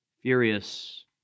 furious